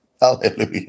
Hallelujah